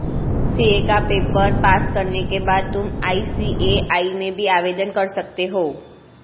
CA का paper pass करने के बाद तुम आई.सी.ए.आई में भी आवेदन कर सकते हो